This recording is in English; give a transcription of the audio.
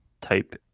type